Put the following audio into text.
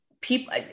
people